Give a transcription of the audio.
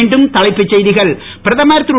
மீண்டும் தலைப்புச் செய்திகள் பிரதமர் திரு